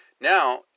Now